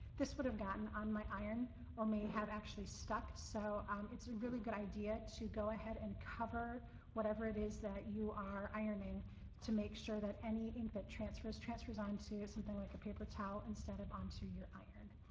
this would have gotten on my iron or may have actually stuck. so it's a really good idea to go ahead and cover whatever it is that you are ironing to make sure that any ink that transfers transfers on to something like a paper towel instead of onto your iron.